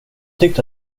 tyckte